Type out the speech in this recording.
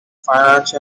finance